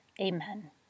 Amen